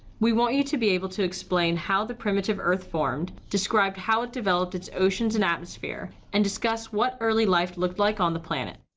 we want you to be able to explain how the primitive earth formed, describe how it developed it's oceans and atmosphere, and discuss what early life looked like on the planet.